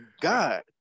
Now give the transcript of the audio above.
God